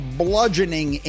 bludgeoning